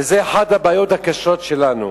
וזו אחת הבעיות הקשות שלנו